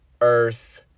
earth